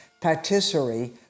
patisserie